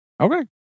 Okay